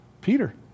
Peter